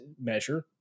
measure